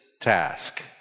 task